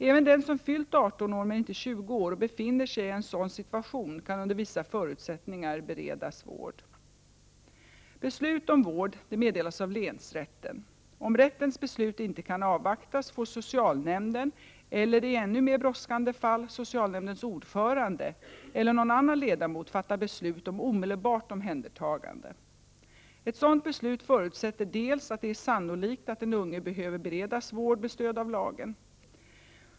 Även den som fyllt 18 men inte 20 år och befinner sig i en sådan situation kan under vissa förutsättningar beredas vård. Beslut om vård meddelas av länsrätten. Om rättens beslut inte kan avvaktas, får socialnämnden eller, i ännu mer brådskande fall, socialnämndens ordförande eller någon annan ledamot fatta beslut om omedelbart omhändertagande. Ett sådant beslut förutsätter att det är sannolikt att den unge behöver beredas vård med stöd av lagen.